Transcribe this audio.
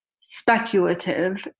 speculative